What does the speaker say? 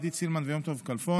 עידית סילמן ויום טוב כלפון,